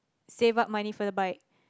save up money for the bike